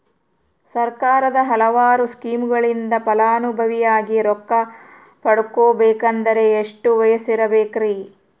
ಸರ್ಕಾರದ ಹಲವಾರು ಸ್ಕೇಮುಗಳಿಂದ ಫಲಾನುಭವಿಯಾಗಿ ರೊಕ್ಕ ಪಡಕೊಬೇಕಂದರೆ ಎಷ್ಟು ವಯಸ್ಸಿರಬೇಕ್ರಿ?